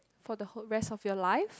for the whole rest of your life